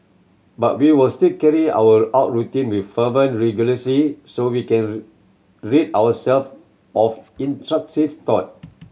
but we will still carry our out routine with fervent religiosity so we can rid ourself of intrusive thought